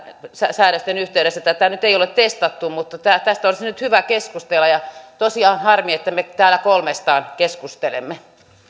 säädösten yhteydessä tätä ei ole testattu mutta tästä olisi nyt hyvä keskustella tosiaan harmi että me täällä kolmestaan keskustelemme